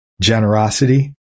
generosity